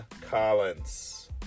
Collins